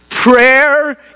Prayer